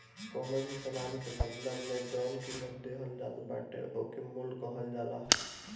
कवनो भी सामान के बदला में जवन कीमत देहल जात बाटे ओके मूल्य कहल जाला